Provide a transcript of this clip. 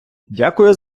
дякую